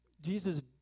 Jesus